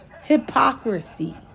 Hypocrisy